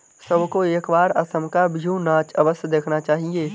सबको एक बार असम का बिहू नाच अवश्य देखना चाहिए